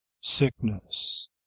sickness